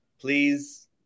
Please